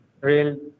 real